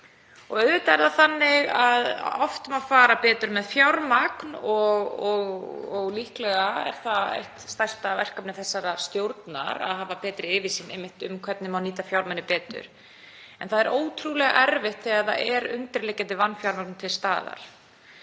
Auðvitað er það þannig að oft má fara betur með fjármagn og líklega er það eitt stærsta verkefni þessarar stjórnar að hafa betri yfirsýn yfir hvernig nýta má fjármuni betur. En það er ótrúlega erfitt þegar það er undirliggjandi vanfjármögnun til staðar.